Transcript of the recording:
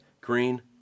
green